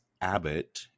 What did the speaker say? Abbott